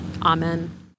Amen